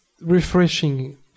refreshing